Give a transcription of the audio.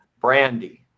brandy